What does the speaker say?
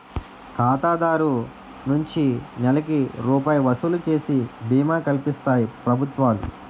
ఖాతాదారు నుంచి నెలకి రూపాయి వసూలు చేసి బీమా కల్పిస్తాయి ప్రభుత్వాలు